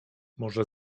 może